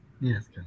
yes